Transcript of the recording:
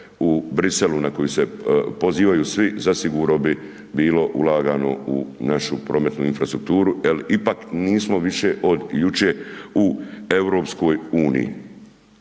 u Bruxellesu na koji se pozivaju svi, zasigurno bi bilo ulagano u našu prometnu infrastrukturu, jer ipak nismo više od jučer u EU.